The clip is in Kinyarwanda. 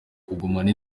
kugumana